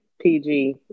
PG